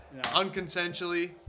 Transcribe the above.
unconsensually